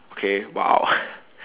okay !wow!